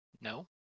No